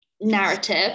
narrative